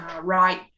right